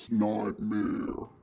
nightmare